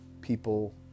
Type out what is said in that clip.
people